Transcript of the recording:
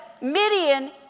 Midian